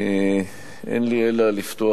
אין לי אלא לפתוח,